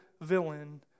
villain